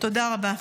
תודה רבה.